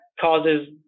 causes